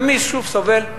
ומי שוב סובל?